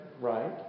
right